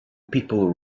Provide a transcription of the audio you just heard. people